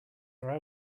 are